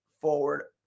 forward